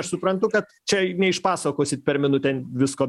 aš suprantu kad čia neišpasakosit per minutę visko